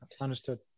understood